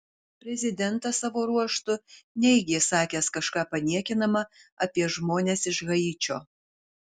prezidentas savo ruožtu neigė sakęs kažką paniekinama apie žmones iš haičio